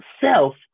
Self